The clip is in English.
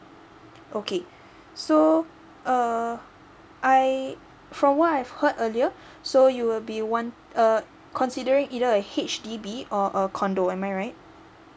okay so uh I from what I've heard earlier so you will be one uh considering either a H_D_B or a condo am I right